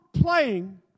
playing